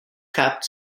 capped